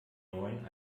neuen